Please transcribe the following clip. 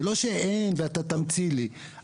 זה לא שאין ואתה תמציא לי.